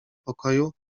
pokoju